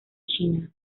china